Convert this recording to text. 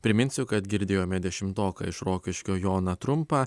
priminsiu kad girdėjome dešimtoką iš rokiškio joną trumpą